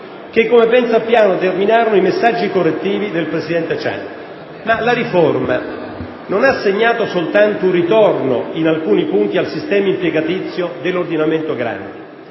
che, come ben sappiamo, determinarono i messaggi correttivi del presidente Ciampi. La riforma però non ha segnato soltanto un ritorno in alcuni punti al sistema impiegatizio dell'ordinamento Grandi,